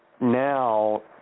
now